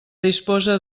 disposa